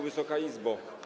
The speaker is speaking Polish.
Wysoka Izbo!